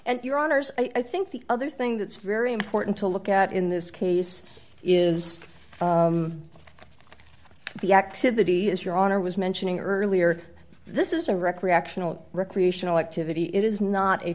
honour's i think the other thing that's very important to look at in this case is the activity as your honor was mentioning earlier this is a rec reaction to recreational activity it is not a